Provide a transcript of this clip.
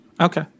Okay